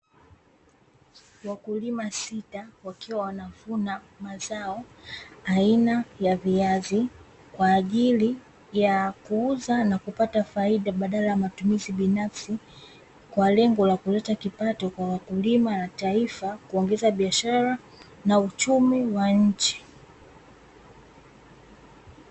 Wakulima sita wakiwa wanavuna mazao aina ya viazi, kwa ajili ya kuuza na kupata faida badala ya matumizi binafsi, kwa lengo la kuleta kipato kwa wakulima na taifa kuongeza biashara na uchumi wa nchi.